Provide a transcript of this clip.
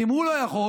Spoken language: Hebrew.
אם הוא לא יכול,